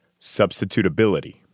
Substitutability